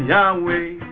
Yahweh